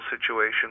situation